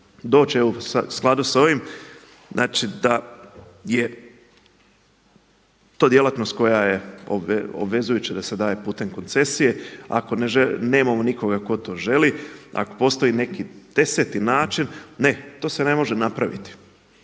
evo u skladu sa ovim, znači da je to djelatnost koja je obvezujuća da se daje putem koncesije. Ako nemamo nikoga tko to želi, ako postoji neki deseti način, ne to se ne može napraviti.